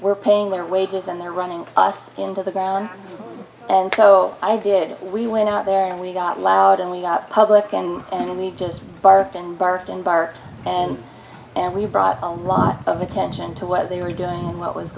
we're paying their wages and they're running us into the ground and so i did we went out there and we got loud and we got public and and we just barked and barked and barked and and we brought a lot of attention to what they were doing what was